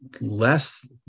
less